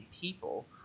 people